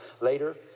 later